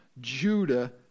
Judah